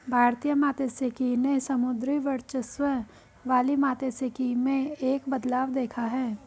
भारतीय मात्स्यिकी ने समुद्री वर्चस्व वाली मात्स्यिकी में एक बदलाव देखा है